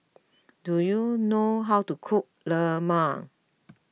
do you know how to cook Lemang